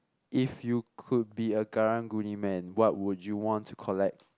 if you could be a Karang-Guni man what would you want to collect